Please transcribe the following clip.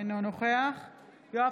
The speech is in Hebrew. אינו נוכח יואב